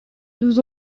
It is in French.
nous